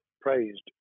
praised